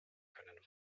können